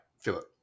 Philip